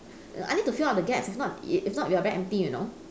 err I need to fill up the gaps if not if not we are very empty you know